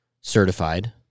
certified